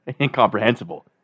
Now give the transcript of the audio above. incomprehensible